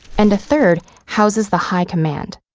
and a third houses the high command.